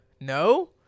No